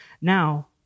Now